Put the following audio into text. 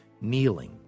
kneeling